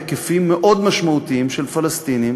בהיקפים מאוד משמעותיים, של פלסטינים